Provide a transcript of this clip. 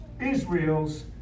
Israel's